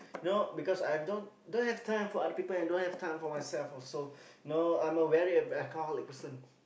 no because I If I don't don't have time for other people and don't have time for myself also no I'm a very alcoholic person